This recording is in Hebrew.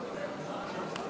נתקבל.